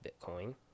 Bitcoin